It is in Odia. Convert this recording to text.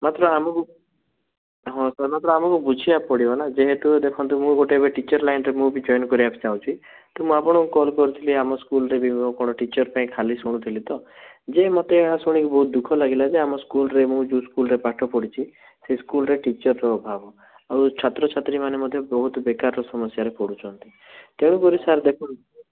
ମାତ୍ର ଆମକୁ ହଁ ସାର୍ ମାତ୍ର ଆମକୁ ବୁଝିବାକୁ ପଡ଼ିବ ନା ଯେହେତୁ ଦେଖନ୍ତୁ ମୁଁ ଗୋଟେ ଏବେ ଟିଚର୍ ଲାଇନ୍ରେ ମୁଁ ବି ଜଏନ୍ କରିବାକୁ ଚାହୁଁଛି ତ ମୁଁ ଆପଣଙ୍କୁ କଲ୍ କରିଥିଲି ଆମ ସ୍କୁଲ୍ରେ ବି କ'ଣ ଟିଚର୍ ପାଇଁ ଖାଲି ଶୁଣୁଥିଲି ତ ଯେ ମୋତେ ଶୁଣିକି ବହୁତ ଦୁଃଖ ଲାଗିଲା ଯେ ଆମ ସ୍କୁଲ୍ରେ ମୁଁ ଯେଉଁ ସ୍କୁଲ୍ରେ ପାଠ ପଢ଼ିଛି ସେ ସ୍କୁଲ୍ରେ ଟିଚର୍ର ଅଭାବ ଆଉ ଛାତ୍ର ଛାତ୍ରୀମାନେ ମଧ୍ୟ ବହୁତ ବେକାରର ସମସ୍ୟାରେ ପଡ଼ୁଛନ୍ତି ତେଣୁକରି ସାର୍ ଦେଖନ୍ତୁ